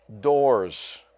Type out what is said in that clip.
doors